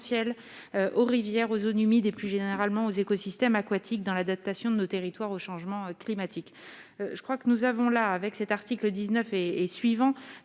aux rivières aux zones humides et plus généralement aux écosystèmes aquatiques dans l'adaptation de nos territoires au changement climatique, je crois que nous avons là, avec cet art. Cycle 19 et et suivant